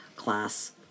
class